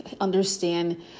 understand